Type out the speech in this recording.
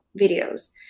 videos